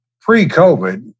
pre-COVID